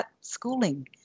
schooling